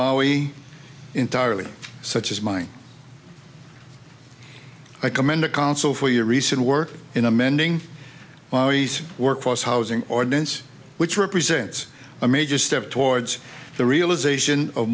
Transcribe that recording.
maui entirely such as mine i commend the council for your recent work in amending the workforce housing ordinance which represents a major step towards the realization of